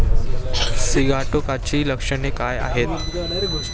सिगाटोकाची लक्षणे काय आहेत?